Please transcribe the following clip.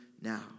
now